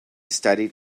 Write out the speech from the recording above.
studied